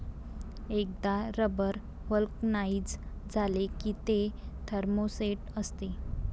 एकदा rubber vulcanise झाले की ते थर्मोसेट असते